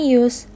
use